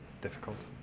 difficult